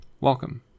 welcome